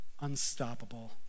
unstoppable